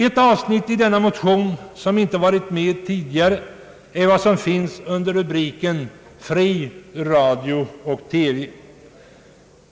Ett avsnitt i motionen som inte varit med tidigare är det som återfinns under rubriken »Fri radio och TV».